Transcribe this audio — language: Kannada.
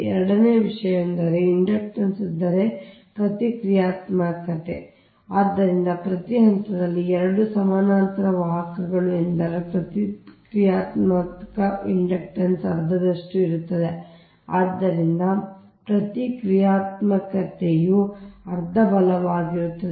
ಎರಡನೆಯ ವಿಷಯವೆಂದರೆ ಇಂಡಕ್ಟನ್ಸ್ ಎಂದರೆ ಪ್ರತಿಕ್ರಿಯಾತ್ಮಕತೆ ಆದ್ದರಿಂದ ಪ್ರತಿ ಹಂತದಲ್ಲಿ 2 ಸಮಾನಾಂತರ ವಾಹಕಗಳು ಎಂದರೆ ಪ್ರತಿಕ್ರಿಯಾತ್ಮಕ ಇಂಡಕ್ಟನ್ಸ್ ಅರ್ಧದಷ್ಟು ಇರುತ್ತದೆ ಆದ್ದರಿಂದ ಪ್ರತಿಕ್ರಿಯಾತ್ಮಕತೆಯು ಅರ್ಧ ಬಲವಾಗಿರುತ್ತದೆ